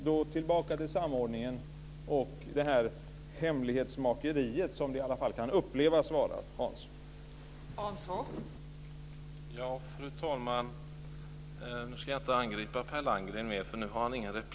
Så tillbaka till samordningen: hemlighetsmakeriet kan i alla fall upplevas finnas där, Hans Hoff.